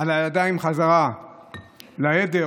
על הידיים בחזרה לעדר.